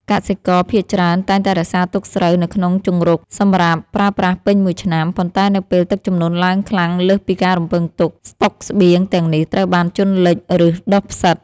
កសិករភាគច្រើនតែងតែរក្សាទុកស្រូវនៅក្នុងជង្រុកសម្រាប់ប្រើប្រាស់ពេញមួយឆ្នាំ ប៉ុន្តែនៅពេលទឹកជំនន់ឡើងខ្លាំងលើសពីការរំពឹងទុក ស្តុកស្បៀងទាំងនេះត្រូវបានជន់លិច ឬដុះផ្សិត។